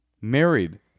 married